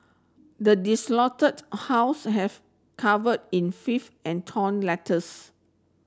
the desolated house have cover in and torn letters